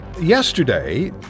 Yesterday